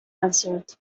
answered